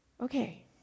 Okay